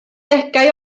degau